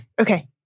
Okay